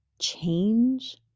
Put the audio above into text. change